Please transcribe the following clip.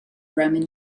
roman